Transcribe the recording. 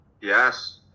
Yes